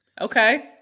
Okay